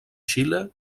xile